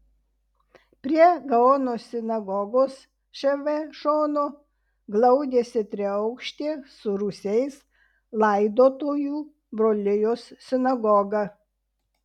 prie gaono sinagogos šv šono glaudėsi triaukštė su rūsiais laidotojų brolijos sinagoga